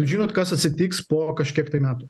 žinot kas atsitiks po kažkiek metų